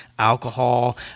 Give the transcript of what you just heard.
alcohol